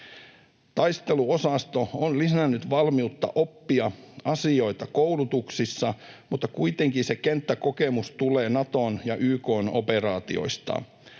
Taisteluosasto on lisännyt valmiutta oppia asioita koulutuksissa, mutta kuitenkin se kenttäkokemus tulee Naton ja YK:n operaatioista.